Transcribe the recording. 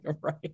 Right